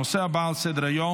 הנושא הבא על סדר-היום,